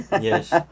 Yes